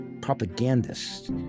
propagandists